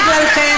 בגללכם,